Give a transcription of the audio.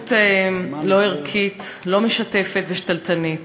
התנהגות לא ערכית, לא משתפת ושתלטנית.